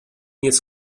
jest